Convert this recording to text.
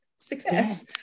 success